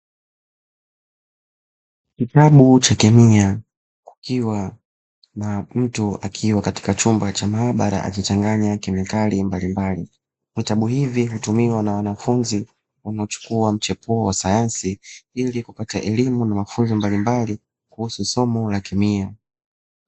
Kitabu cha kemia kukiwa na mtu akiwa katika chumba cha maabara akichanganya kemikali mbalimbali, vitabu hivi hutumiwa na wanafunzi wanaochukua mchepuo wa sayansi ili kupata elimu na mafunzo mbalimbali kuhusu somo la kemia.